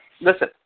Listen